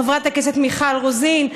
חברת הכנסת מיכל רוזין,